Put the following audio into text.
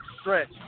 stretch